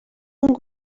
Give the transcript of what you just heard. اون